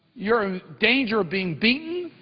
you're in danger of being beaten,